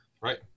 Right